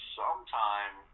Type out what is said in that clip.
sometime